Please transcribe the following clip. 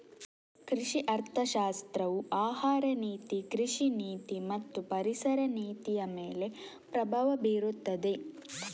ಕೃಷಿ ಅರ್ಥಶಾಸ್ತ್ರವು ಆಹಾರ ನೀತಿ, ಕೃಷಿ ನೀತಿ ಮತ್ತು ಪರಿಸರ ನೀತಿಯಮೇಲೆ ಪ್ರಭಾವ ಬೀರುತ್ತದೆ